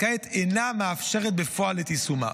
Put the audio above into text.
כעת אינה מאפשרת בפועל את יישומה.